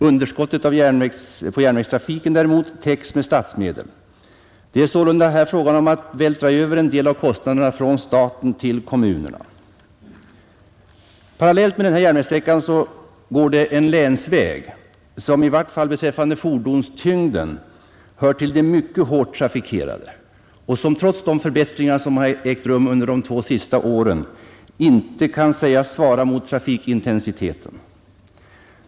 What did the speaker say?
Underskottet på järnvägstrafiken däremot täcks med statsmedel. Det är sålunda fråga om att vältra över en del av kostnaderna från staten till kommunerna. Parallellt med denna järnvägssträcka går en länsväg som i varje fall beträffande fordonstyngden hör till de mycket hårt trafikerade och som trots de förbättringar som ägt rum under de två senaste åren inte kan sägas ha en standard som svarat mot trafikintensiteten.